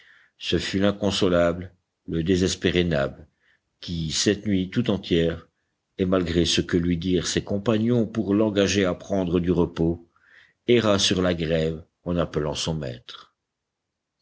ce fut l'inconsolable le désespéré nab qui cette nuit tout entière et malgré ce que lui dirent ses compagnons pour l'engager à prendre du repos erra sur la grève en appelant son maître